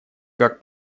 как